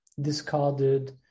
discarded